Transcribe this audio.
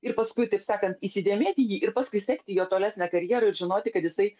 ir paskui taip sakant įsidėmėti jį ir paskui sekti jo tolesnę karjerą ir žinoti kad jisai